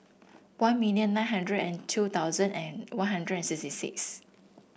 one million nine hundred and two thousand and One Hundred and sixty six